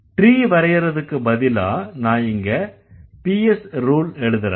tree வரையறதுக்கு பதிலா நான் இங்க PS ரூல் எழுதறேன்